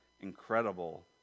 incredible